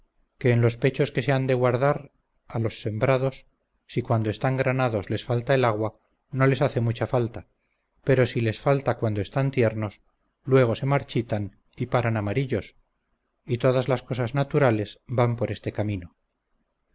que en los pechos que se han de guardar a los sembrados si cuando están granados les falta el agua no les hace mucha falta pero si les falta cuando están tiernos luego se marchitan y paran amarillos y todas las cosas naturales van por este camino